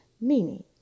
Meaning